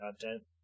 content